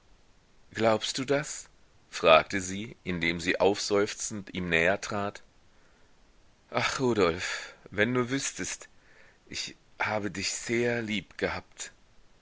glaubst du das fragte sie indem sie aufseufzend ihm näher trat ach rudolf wenn du wüßtest ich habe dich sehr lieb gehabt